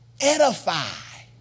edify